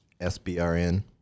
SBRN